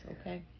Okay